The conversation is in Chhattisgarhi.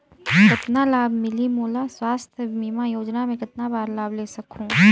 कतना लाभ मिलही मोला? स्वास्थ बीमा योजना मे कतना बार लाभ ले सकहूँ?